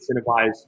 incentivize